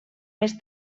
més